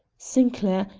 sinclair,